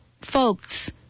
folks